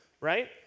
right